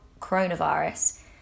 coronavirus